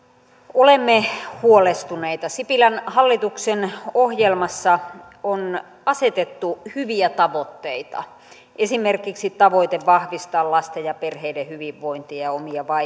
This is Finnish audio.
olemme huolestuneita sipilän hallituksen ohjelmassa on asetettu hyviä tavoitteita esimerkiksi tavoite vahvistaa lasten ja perheiden hyvinvointia ja omia